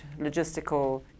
logistical